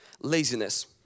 laziness